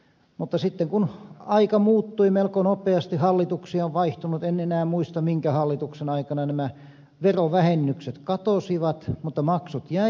mutta sitten aika muuttui melko nopeasti hallituksia on vaihtunut en enää muista minkä hallituksen aikana nämä verovähennykset katosivat mutta maksut jäivät